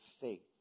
faith